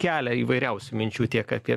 kelia įvairiausių minčių tiek apie